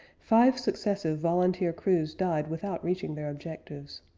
five successive volunteer crews died without reaching their objectives.